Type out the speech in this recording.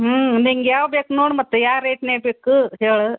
ಹ್ಞೂ ನಿಂಗೆ ಯಾವು ಬೇಕು ನೋಡು ಮತ್ತು ಯಾವ ರೇಟ್ನ ಬೇಕು ಹೇಳು